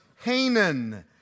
Hanan